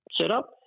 setup